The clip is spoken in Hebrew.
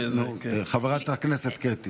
חברת הכנסת קטי.